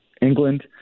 England